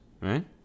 right